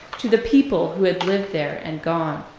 to the people who had lived there and gone.